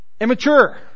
Immature